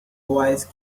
wise